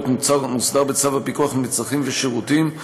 מוסדר בצו הפיקוח על מצרכים ושירותים,